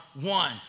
one